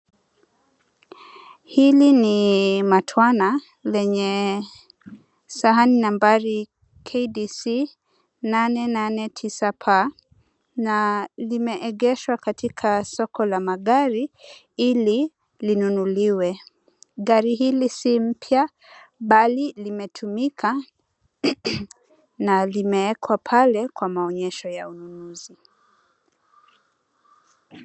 Hili ni matwana lenye sahani nambari KDC 889P na limeegeshwa katika soko la magari ili linunuliwe. Gari hili si mpya bali limetumika na limeekwa pale kwa maonyesho ya ununuzi.